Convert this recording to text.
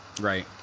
Right